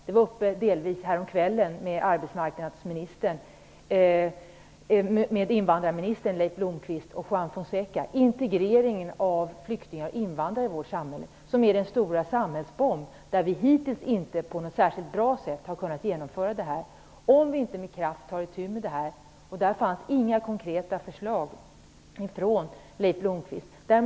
Frågan var delvis uppe till debatt häromkvällen med invandrarministern Leif Blomberg och Juan Fonseca, nämligen integreringen av flyktingar och invandrare i vårt samhälle. Det här är vår stora samhällsbomb. Hittills har vi inte på något särskilt bra sätt lyckats åtgärda det, och vi måste med kraft ta itu med det. Leif Blomberg hade inga konkreta förslag att komma med.